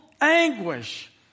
anguish